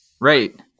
Right